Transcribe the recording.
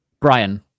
brian